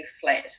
flat